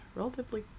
relatively